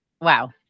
wow